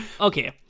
Okay